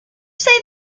say